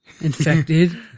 Infected